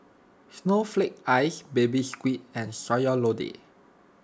Snowflake Ice Baby Squid and Sayur Lodeh